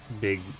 big